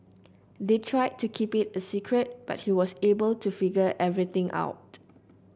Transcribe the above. they tried to keep it a secret but he was able to figure everything out